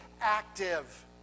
active